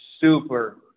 super